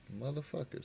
Motherfuckers